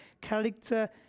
character